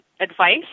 advice